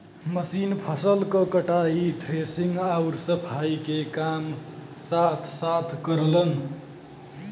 machine फसल क कटाई, थ्रेशिंग आउर सफाई के काम साथ साथ करलन